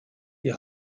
die